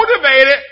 motivated